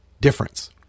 difference